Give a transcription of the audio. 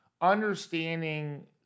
understanding